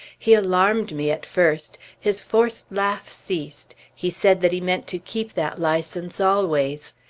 he alarmed me at first. his forced laugh ceased he said that he meant to keep that license always.